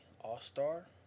All-Star